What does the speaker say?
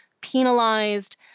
penalized